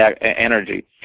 energy